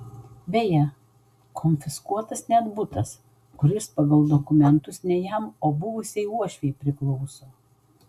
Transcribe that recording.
beje konfiskuotas net butas kuris pagal dokumentus ne jam o buvusiai uošvei priklauso